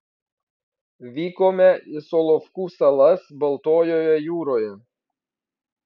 vykome į solovkų salas baltojoje jūroje